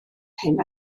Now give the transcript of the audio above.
hyn